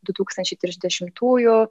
du tūkstančiai trisdešimtųjų